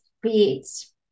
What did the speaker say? creates